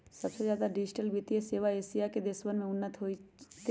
सबसे ज्यादा डिजिटल वित्तीय सेवा एशिया के देशवन में उन्नत होते हई